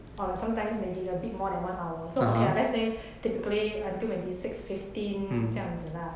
or sometimes maybe like a bit more than one hour so okay ah let's say typically until maybe six fifteen 这样子啦